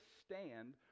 stand